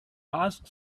ask